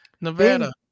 Nevada